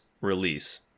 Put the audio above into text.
release